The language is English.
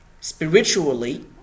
Spiritually